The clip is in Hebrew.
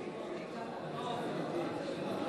ונגמור.